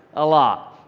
a lot.